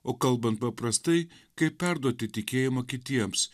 o kalbant paprastai kaip perduoti tikėjimą kitiems